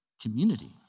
community